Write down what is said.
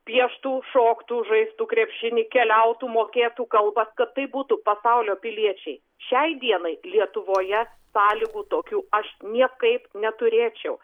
pieštų šoktų žaistų krepšinį keliautų mokėtų kalbas kad tai būtų pasaulio piliečiai šiai dienai lietuvoje sąlygų tokių aš niekaip neturėčiau